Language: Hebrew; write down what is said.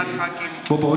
ולמה שלא תגיד את האמת,